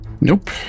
Nope